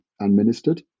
administered